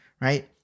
right